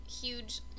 huge